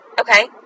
Okay